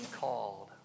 called